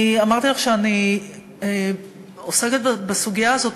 אמרתי לך שאני עוסקת בסוגיה הזאת,